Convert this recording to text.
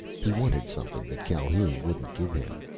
he wanted something that calhoun wouldn't give him.